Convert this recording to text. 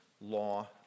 law